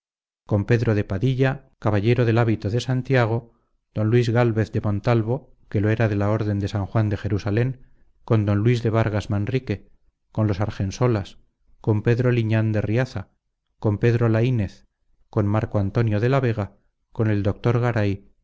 con pedro de padilla caballero del hábito de santiago con luis gálvez de montalvo que lo era de la orden de san juan de jerusalén con don luis de vargas manrique con los argensolas con pedro liñán de riaza con pedro lainez con marco antonio de la vega con el doctor garay